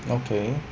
okay